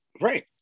right